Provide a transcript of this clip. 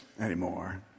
anymore